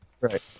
Right